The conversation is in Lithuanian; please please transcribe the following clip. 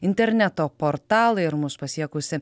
interneto portalai ir mus pasiekusi